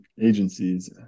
agencies